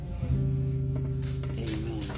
Amen